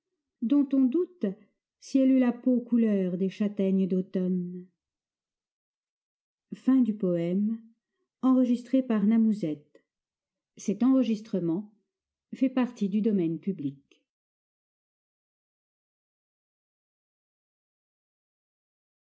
dont on doute si elle eut la peau couleur des châtaignes d'automne